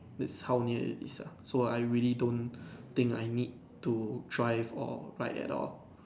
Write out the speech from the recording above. that's how near it is ah so I really don't think I need to try for ride at all